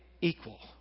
equal